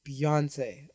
Beyonce